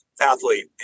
athlete